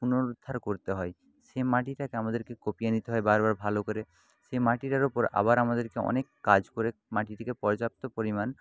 পুনরুদ্ধার করতে হয় সেই মাটিটাকে আমাদেরকে কুপিয়ে নিতে হয় বারবার ভালো করে সেই মাটিটার ওপর আবার আমাদেরকে অনেক কাজ করে মাটিটিকে পর্যাপ্ত পরিমাণ